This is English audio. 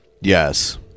Yes